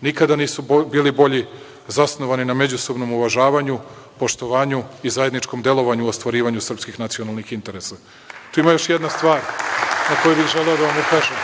nikada nisu bili bolji, zasnovani na međusobnom uvažavanju, poštovanju i zajedničkom delovanju u ostvarivanju srpskih nacionalnih interesa. Tu ima još jedna stvar na koju bih želeo da vam ukažem.